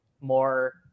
more